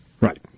Right